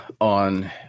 on